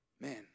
man